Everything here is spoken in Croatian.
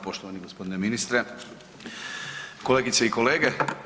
Poštovani gospodine ministre, kolegice i kolege.